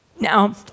Now